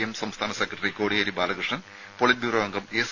M സംസ്ഥാന secretary Kodiyeri Balakrishnan polit bureau അംഗം S